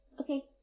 Okay